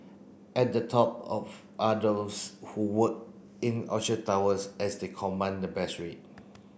at the top of are those who work in Orchard Towers as they command the best rate